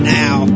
now